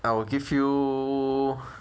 I will give you